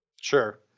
Sure